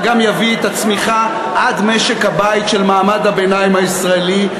גם יביא את הצמיחה עד משק-הבית של מעמד הביניים הישראלי.